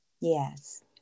Yes